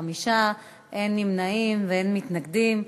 5, אין נמנעים ואין מתנגדים.